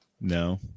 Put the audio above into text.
No